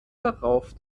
darauf